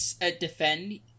defend